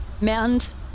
Mountains